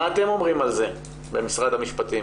מה אתם אומרים על זה במשרד המשפטים.